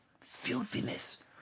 Filthiness